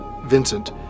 Vincent